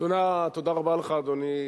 תודה רבה לך, אדוני.